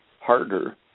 harder